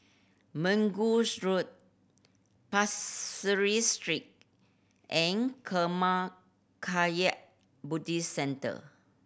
Mergui Road Pasir Ris Street and Karma Kagyud Buddhist Centre